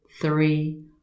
three